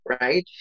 right